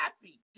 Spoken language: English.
happy